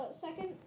second